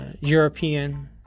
European